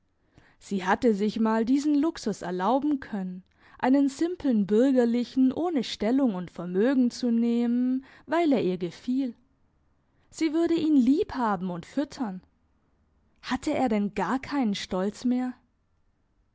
sie hatte sich mal diesen luxus erlauben können einen simpeln bürgerlichen ohne stellung und vermögen zu nehmen weil er ihr gefiel sie würde ihn lieb haben und füttern hatte er denn gar keinen stolz mehr